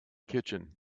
kitchen